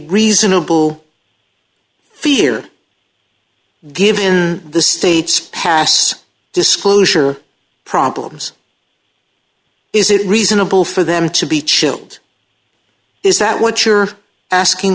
reasonable fear given the states pass disclosure problems is it reasonable for them to be true is that what you're asking